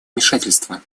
вмешательства